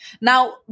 Now